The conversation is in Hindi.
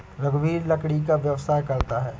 रघुवीर लकड़ी का व्यवसाय करता है